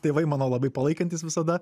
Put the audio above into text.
tėvai mano labai palaikantys visada